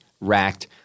racked